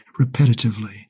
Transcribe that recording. repetitively